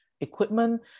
equipment